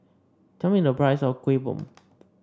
tell me the price of Kueh Bom